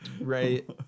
Right